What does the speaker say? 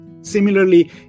Similarly